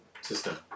system